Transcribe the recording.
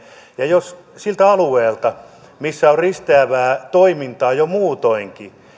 ja jos siltä alueelta missä on risteävää toimintaa jo muutoinkin